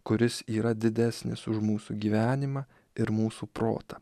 kuris yra didesnis už mūsų gyvenimą ir mūsų protą